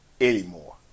anymore